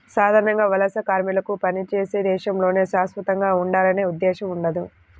సాధారణంగా వలస కార్మికులకు పనిచేసే దేశంలోనే శాశ్వతంగా ఉండాలనే ఉద్దేశ్యం ఉండదు